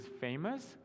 famous